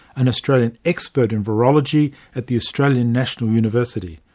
an australian expert in virology at the australian national university.